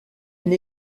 une